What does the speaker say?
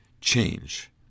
change